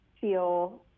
feel